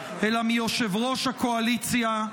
אלא מיושב-ראש הקואליציה,